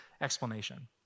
explanation